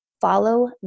follow